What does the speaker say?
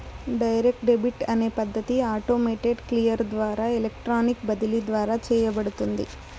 direct debit అనే పద్ధతి automated clear ద్వారా ఎలక్ట్రానిక్ బదిలీ ద్వారా చేయబడుతుంది